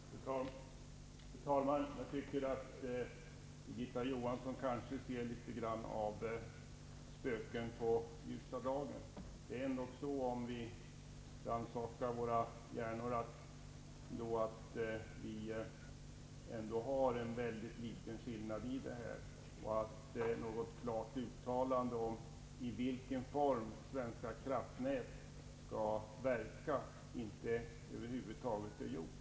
Fru talman! Jag tycker att Birgitta Johansson kanske litet grand ser spöken på ljusa dagen. Om vi rannsakar oss själva finner vi nog att det ändå finns mycket små skiljaktigheter. Något klart uttalande om i vilken form Svenska kraftnät skall verka har över huvud taget inte gjorts.